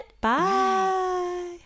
Bye